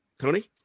Tony